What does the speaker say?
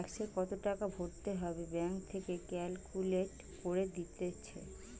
ট্যাক্সে কত টাকা ভরতে হবে ব্যাঙ্ক থেকে ক্যালকুলেট করে দিতেছে